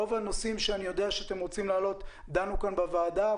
ברוב הנושאים שרציתם להעלות כבר דנו כאן בוועדה,